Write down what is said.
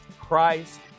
Christ